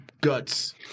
Guts